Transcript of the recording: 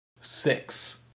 six